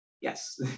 Yes